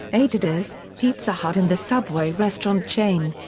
adidas, pizza hut and the subway restaurant chain.